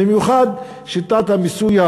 במיוחד שיטת המיסוי: